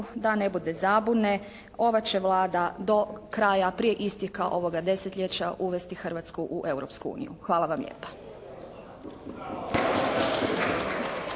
da ne bude zabune ova će Vlada do kraja, prije isteka ovoga desetljeća uvesti Hrvatsku u Europsku uniju. Hvala vam lijepa.